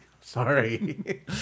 Sorry